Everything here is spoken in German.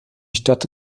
stadt